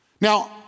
Now